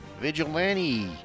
Vigilante